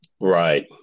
Right